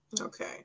Okay